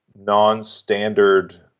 non-standard